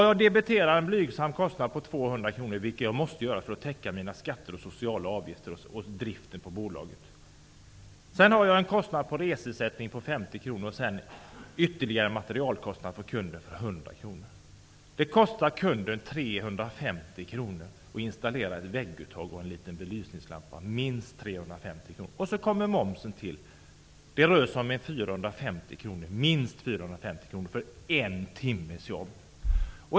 Jag debiterar en blygsam kostnad på 200 kr, vilket jag måste göra för att täcka mina kostnader, sociala avgifter och driften på bolaget. Sedan har jag resekostnad på 50 kr, som jag måste debitera, plus ytterligare materialkostnader för 100 kr. Det kostar kunden minst 350 kr att få ett vägguttag och en liten lampa installerade. Så tillkommer momsen. Det rör sig om minst totalt 450 kr för en timmes jobb.